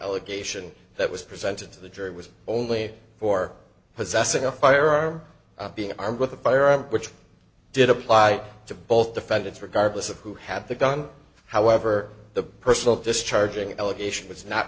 allegation that was presented to the jury was only for possessing a firearm being armed with a firearm which did apply to both defendants regardless of who had the gun however the personal discharging allegation was not